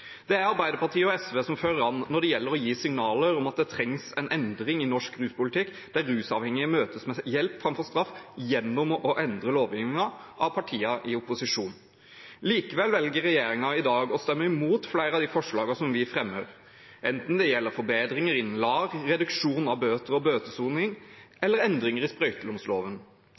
er det Arbeiderpartiet og SV som fører an når det gjelder å gi signaler om at det trengs en endring i norsk ruspolitikk, der rusavhengige møtes med hjelp framfor straff, gjennom å endre lovgivingen. Likevel velger regjeringen i dag å stemme imot flere av de forslagene vi fremmer – enten det gjelder forbedringer innenfor LAR-ordningen, reduksjon av bøter og bøtesoning eller endringer i